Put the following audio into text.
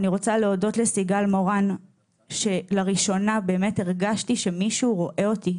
אני רוצה להודות לסיגל מורן שלראשונה באמת הרגשתי שמישהו רואה אותי.